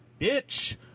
bitch